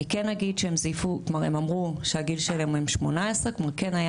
אני כן אגיד שהן אמרו שהגיל שלהן הוא 18. כן היה